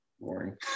boring